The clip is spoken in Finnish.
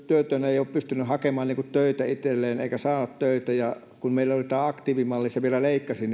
työtön ei ole pystynyt hakemaan töitä itselleen eikä saa töitä kun meillä oli aktiivimalli se vielä mahdollisesti leikkasi